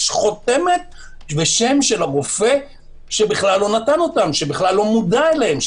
חותמת ושם הרופא שבכלל לא מודע אליהם,